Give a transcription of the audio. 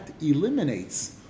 eliminates